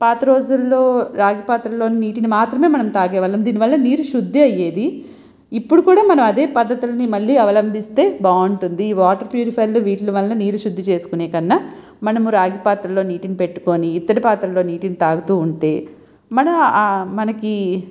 పాత రోజుల్లో రాగి పాత్రలోని నీటిని మాత్రమే మనం తాగే వాళ్ళం దీని వలన నీరు శుద్ధి అయ్యేది ఇప్పుడు కూడా మనం అదే పద్ధతులని మళ్ళీ అవలంబిస్తే బాగుంటుంది వాటర్ ప్యూరిఫయర్లు వీటి వలన నీరు శుద్ధి చేసుకునే కన్నా మనం రాగి పాత్రలో నీటిని పెట్టుకుని ఇత్తడి పాత్రలో నీటిని తాగుతూ ఉంటే మనం ఆ మనకి